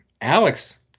Alex